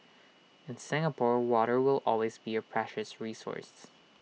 in Singapore water will always be A precious resource